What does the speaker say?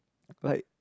like